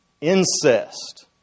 incest